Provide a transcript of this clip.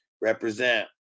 represent